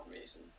reason